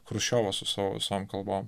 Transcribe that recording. chruščiovas su savo visom kalbom